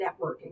networking